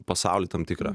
pasaulį tam tikrą